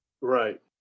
right